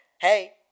hey